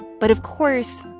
but, of course,